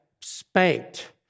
spanked